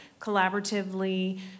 collaboratively